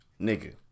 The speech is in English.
Nigga